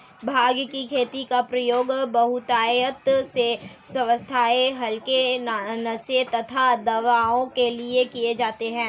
भांग की खेती का प्रयोग बहुतायत से स्वास्थ्य हल्के नशे तथा दवाओं के लिए किया जाता है